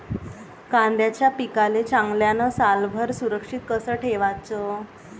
कांद्याच्या पिकाले चांगल्यानं सालभर सुरक्षित कस ठेवाचं?